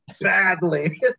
Badly